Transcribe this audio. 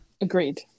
Agreed